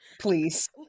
please